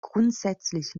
grundsätzlich